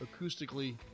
acoustically